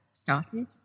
started